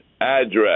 address